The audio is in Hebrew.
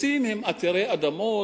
הקיבוצים הם עתירי אדמות,